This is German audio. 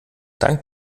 dank